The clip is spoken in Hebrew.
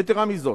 יתירה מזאת,